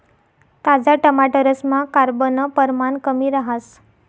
ताजा टमाटरसमा कार्ब नं परमाण कमी रहास